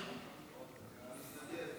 נתקבל.